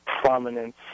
prominence